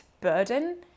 burden